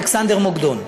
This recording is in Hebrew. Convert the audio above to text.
אלכסנדר מוקדון.